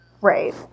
Right